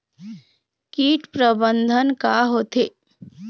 कीट प्रबंधन का होथे?